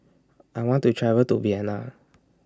I want to travel to Vienna